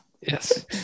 Yes